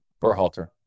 Berhalter